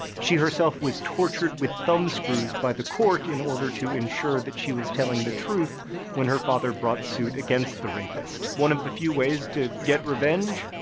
she herself was tortured with thumbscrews by the court in order to ensure that she was telling the truth when her father brought suit against the rapist. one of the few ways to get revenge.